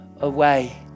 away